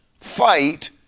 fight